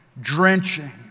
drenching